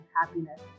happiness